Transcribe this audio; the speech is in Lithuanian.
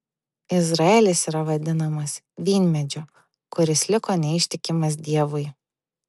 izraelis yra vadinamas vynmedžiu kuris liko neištikimas dievui